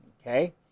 okay